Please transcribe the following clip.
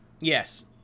Yes